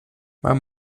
man